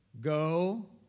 Go